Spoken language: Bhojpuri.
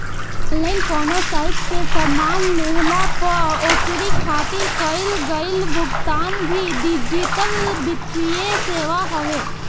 ऑनलाइन कवनो साइट से सामान लेहला पअ ओकरी खातिर कईल गईल भुगतान भी डिजिटल वित्तीय सेवा हवे